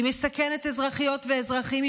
היא מסכנת אזרחיות ואזרחים,